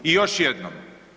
I još jednom.